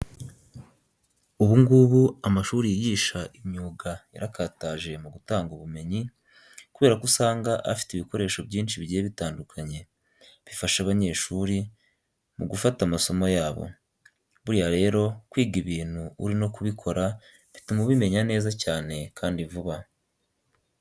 Ubu ngubu amashuri yigisha imyuga yarakataje mu gutanga ubumenyi, kubera ko usanga afite ibikoresho byinshi bigiye bitandukanye, bifasha abanyeshuri mu gufata amasomo yabo. Buriya rero kwiga ibintu uri no kubikora bituma ubimenya neza cyane kandi vuba.